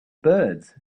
birds